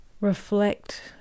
reflect